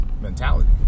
Mentality